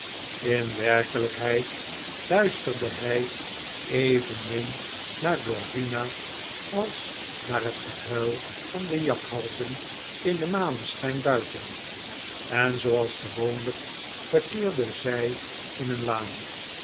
in werkelijkheid luisterde hij evenmin naar glorvina als naar het gehuil van de jakhalzen in den maneschijn buiten en zooals gewoonlijk verkeerde zij in een waan